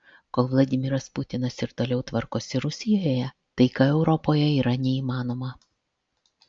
kol vladimiras putinas ir toliau tvarkosi rusijoje taika europoje yra neįmanoma